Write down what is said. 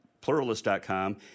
Pluralist.com